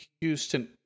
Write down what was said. Houston